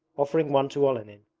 offering one to olenin,